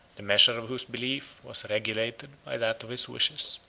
the measure of whose belief was regulated by that of his wishes.